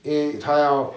因为他要